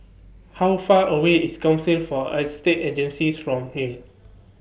How Far away IS Council For Estate Agencies from here